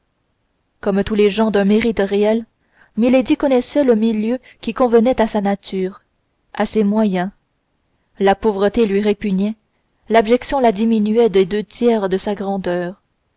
comme tous les gens d'un mérite réel milady connaissait le milieu qui convenait à sa nature à ses moyens la pauvreté lui répugnait l'abjection la diminuait des deux tiers de sa grandeur